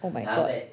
oh my god